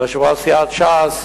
יושב-ראש סיעת ש"ס,